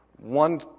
one